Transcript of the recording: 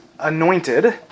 anointed